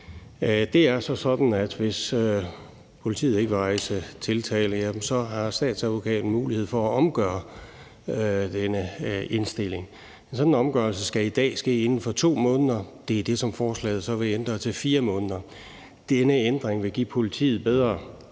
Det er så sådan, at hvis politiet ikke vil rejse tiltale, har statsadvokaten mulighed for at omgøre denne indstilling. En sådan opgørelse skal i dag ske inden for 2 måneder. Det er det, som forslaget så vil ændre til 4 måneder. Denne ændring vil give politiet bedre